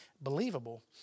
believable